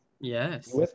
Yes